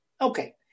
Okay